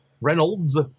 Reynolds